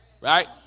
Right